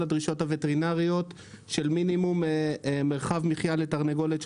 הדרישות הווטרינריות של מינימום מרחב מחיה של 750 לתרנגולת.